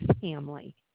family